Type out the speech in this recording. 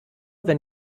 wenn